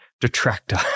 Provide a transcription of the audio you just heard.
detractor